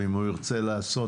אם הוא ירצה לעשות,